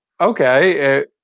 okay